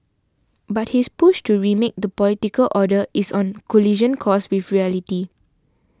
but his push to remake the political order is on a collision course with reality